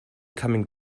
coming